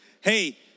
hey